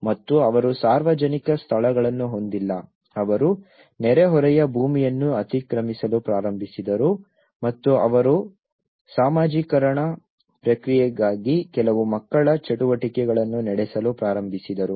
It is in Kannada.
ಮತ್ತು ಅವರು ಸಾರ್ವಜನಿಕ ಸ್ಥಳಗಳನ್ನು ಹೊಂದಿಲ್ಲ ಅವರು ನೆರೆಹೊರೆಯ ಭೂಮಿಯನ್ನು ಅತಿಕ್ರಮಿಸಲು ಪ್ರಾರಂಭಿಸಿದರು ಮತ್ತು ಅವರು ಸಾಮಾಜಿಕೀಕರಣ ಪ್ರಕ್ರಿಯೆಗಾಗಿ ಕೆಲವು ಮಕ್ಕಳ ಚಟುವಟಿಕೆಗಳನ್ನು ನಡೆಸಲು ಪ್ರಾರಂಭಿಸಿದರು